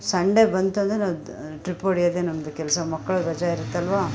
Sunday ಬಂತೆಂದ್ರೆ ನಾವು ದ ಟ್ರಿಪ್ ಹೊಡೆಯೋದೆ ನಮ್ದು ಕೆಲಸ ಮಕ್ಳಿಗೆ ರಜೆ ಇರುತ್ತಲ್ವಾ